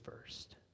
first